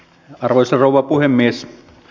arvoisa rouva puhemies